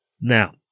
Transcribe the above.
Now